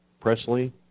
Presley